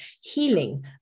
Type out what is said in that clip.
healing